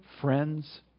friends